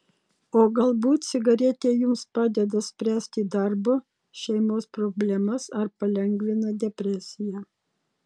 o galbūt cigaretė jums padeda spręsti darbo šeimos problemas ar palengvina depresiją